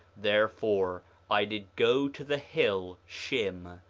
therefore i did go to the hill shim,